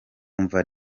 urumva